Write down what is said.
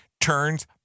turns